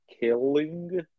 Killing